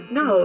no